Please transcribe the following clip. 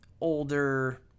older